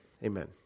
Amen